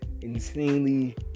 Insanely